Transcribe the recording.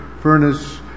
furnace